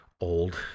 old